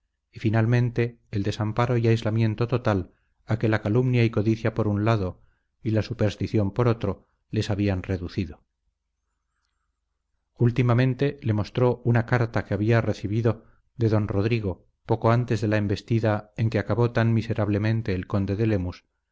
y finalmente el desamparo y aislamiento total a que la calumnia y codicia por un lado y la superstición por otro les habían reducido últimamente le mostró una carta que había recibido de don rodrigo poco antes de la embestida en que acabó tan miserablemente el conde de lemus